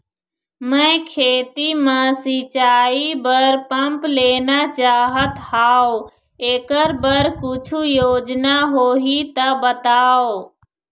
मैं खेती म सिचाई बर पंप लेना चाहत हाव, एकर बर कुछू योजना होही त बताव?